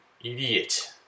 idiot